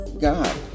God